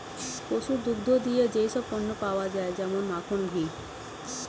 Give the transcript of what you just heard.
পশুর দুগ্ধ থেকে যেই সব পণ্য পাওয়া যায় যেমন মাখন, ঘি